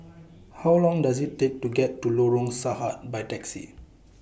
How Long Does IT Take to get to Lorong Sarhad By Taxi